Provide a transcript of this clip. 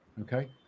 okay